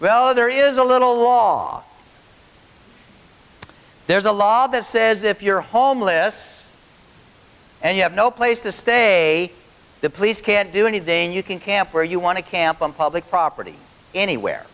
well there is a little law there's a law that says if you're homeless and you have no place to stay the police can't do anything you can camp where you want to camp on public property anywhere